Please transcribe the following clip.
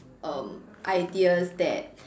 um ideas that